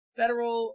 federal